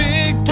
Big